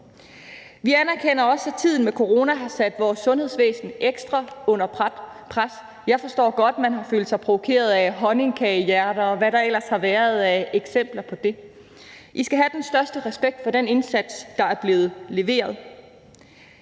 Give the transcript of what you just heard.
Vi anerkender også, at tiden med corona har sat vores sundhedsvæsen under ekstra pres. Jeg forstår godt, at man har følt sig provokeret af honningkagehjerter, og hvad der ellers har været af eksempler på det. I skal have den største respekt for den indsats, der er blevet leveret.